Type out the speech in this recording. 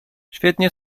świetnie